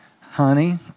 honey